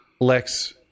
Lex